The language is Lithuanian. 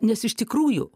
nes iš tikrųjų